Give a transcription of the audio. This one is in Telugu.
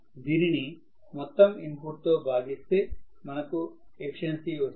దీనిని మొత్తం ఇన్పుట్ తో భాగిస్తే మనకు ఎఫిషియన్సీ వస్తుంది